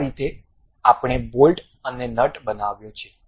આ રીતે આપણે બોલ્ટ અને નટ બનાવ્યો છે